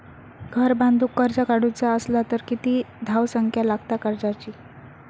घर बांधूक कर्ज काढूचा असला तर किती धावसंख्या लागता कर्जाची?